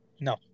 no